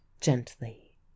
gently